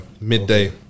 Midday